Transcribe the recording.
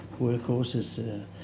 workhorses